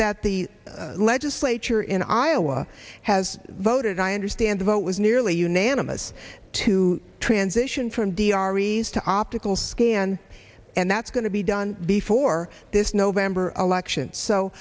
that the legislature in iowa has voted i understand the vote was nearly unanimous to transition from d r ease to optical scan and that's going to be done before this november elections so